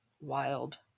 wild